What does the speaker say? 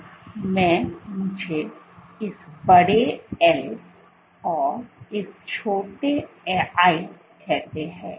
तो में मुझे इस बड़े" L" और इस छोटे I कहते हैं